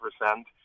percent